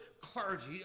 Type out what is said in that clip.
clergy